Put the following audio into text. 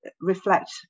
reflect